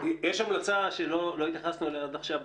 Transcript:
יש המלצה בדוח המבקר שלא התייחסנו אליה עד עכשיו,